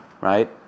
right